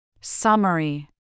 Summary